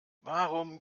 warum